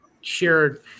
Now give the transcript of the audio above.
shared